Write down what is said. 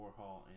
Warhol